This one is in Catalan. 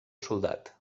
soldat